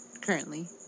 currently